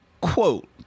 Quote